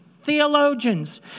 theologians